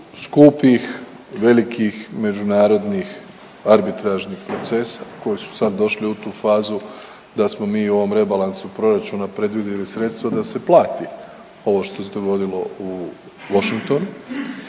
skupih, velikih međunarodnih arbitražnih procesa koji su sad došli u tu fazu da smo mi u ovom rebalansu proračuna predvidjeli sredstva da se plati ovo što se dogodilo u Washingtonu